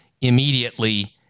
immediately